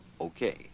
Okay